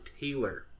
Taylor